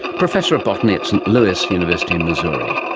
professor of botany at st louis university in missouri.